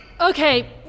Okay